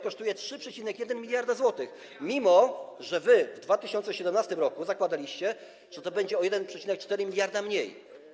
kosztuje 3,1 mld zł, mimo że wy w 2017 r. zakładaliście, że to będzie o 1,4 mld mniej.